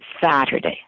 Saturday